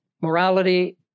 morality